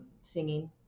singing